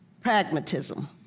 pragmatism